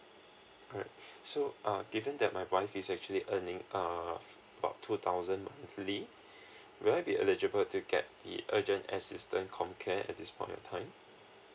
alright so uh different that my wife is actually a name uh uh two thousand uh hopefully we'll be eligible ticket the urgent assistant com can at this point of time